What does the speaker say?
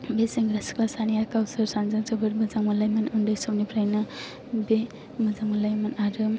बे सेंग्रा सिख्ला सानैया गावसोर सानैजों जोबोद मोजां मोनलायोमोन उन्दै समनिफ्रायनो मोजां मोनलायोमोन आरो